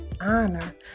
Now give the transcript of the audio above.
honor